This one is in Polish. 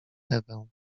ewę